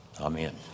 amen